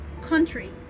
country